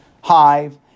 hive